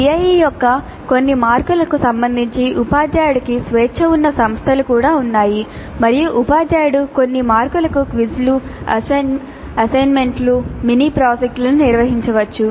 CIE యొక్క కొన్ని మార్కులకు సంబంధించి ఉపాధ్యాయుడికి స్వేచ్ఛ ఉన్న సంస్థలు కూడా ఉన్నాయి మరియు ఉపాధ్యాయుడు కొన్నిమార్కులకు క్విజ్లు అసైన్మెంట్లు మినీ ప్రాజెక్ట్లను నిర్వహించవచ్చు